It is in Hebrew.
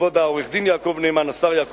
כבוד העורך-דין יעקב נאמן, השר יעקב נאמן.